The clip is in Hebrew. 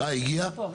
היא הגיעה.